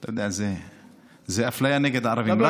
אתה יודע, זו אפליה נגד ערבים.